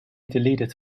deleted